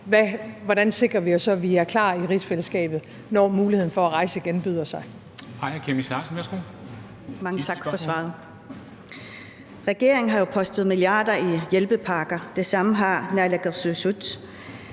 hvordan vi sikrer os, så vi er klar i rigsfællesskabet, når muligheden for at rejse igen byder sig.